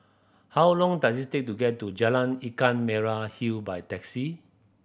how long does it take to get to Jalan Ikan Merah Hill by taxi